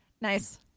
Nice